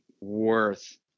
worth